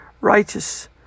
righteous